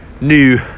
new